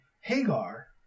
Hagar